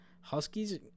Huskies